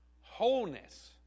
wholeness